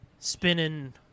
Spinning